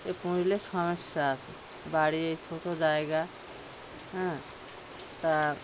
এ পুষলে সমস্যা আছে বাড়ি এই ছোটো জায়গা হ্যাঁ তা